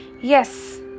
Yes